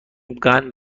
قند